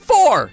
Four